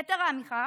יתרה מזו,